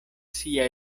sia